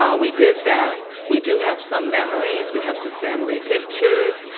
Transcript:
um we did that. we do have some memories, we have some family pictures.